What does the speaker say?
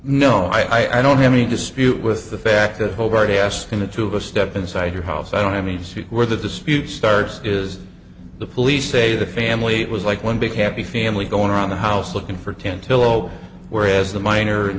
no i don't have any dispute with the fact that hobart asking the two of us step inside your house i don't i mean shoot where the dispute starts is the police say the family it was like one big happy family going around the house looking for ten tylo whereas a miner and